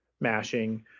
mashing